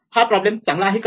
हा प्रॉब्लेम चांगला आहे का